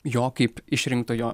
jo kaip išrinktojo